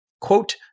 quote